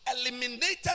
Eliminated